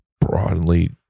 broadly